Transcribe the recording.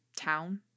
town